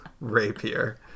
rapier